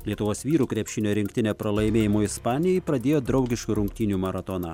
lietuvos vyrų krepšinio rinktinė pralaimėjimu ispanijai pradėjo draugiškų rungtynių maratoną